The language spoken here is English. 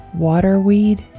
Waterweed